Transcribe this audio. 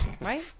Right